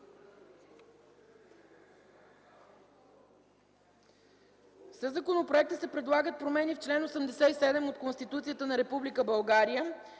„Със законопроекта се предлагат промени в чл. 87 от Конституцията на